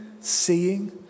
seeing